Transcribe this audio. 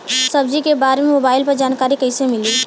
सब्जी के बारे मे मोबाइल पर जानकारी कईसे मिली?